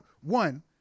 one